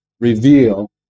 reveal